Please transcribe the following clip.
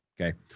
Okay